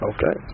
Okay